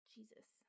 Jesus